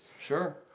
sure